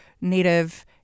native